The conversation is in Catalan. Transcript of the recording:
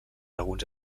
alguns